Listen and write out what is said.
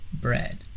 bread